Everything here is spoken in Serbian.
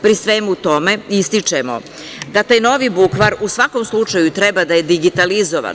Pri svemu tome ističemo da taj novi bukvar u svakom slučaju treba da je digitalizovan.